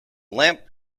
lamp